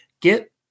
get